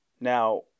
Now